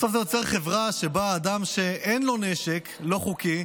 בסוף זה יוצר חברה שבה אדם שאין לו נשק לא חוקי,